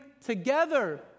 together